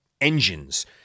engines